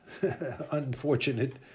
unfortunate